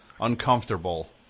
uncomfortable